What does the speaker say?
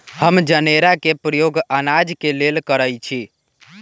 हम जनेरा के प्रयोग अनाज के लेल करइछि